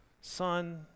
son